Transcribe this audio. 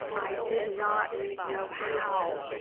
i did not know how,